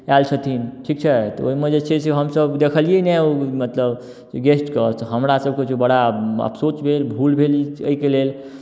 आयल छथिन ठीक छै तऽ ओहिमे जे छै से हमसभ देखलियै नहि ओ मतलब कि गेस्टके तऽ हमरा सभकुछ बड़ा अफसोच भेल भूल भेल ई एहिके लेल